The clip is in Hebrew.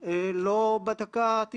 דואגים לי...